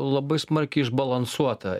labai smarkiai išbalansuota